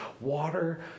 water